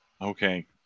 Okay